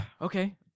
Okay